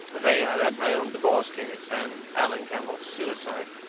they have had my own divorce-case and alan campbell's suicide.